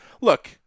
look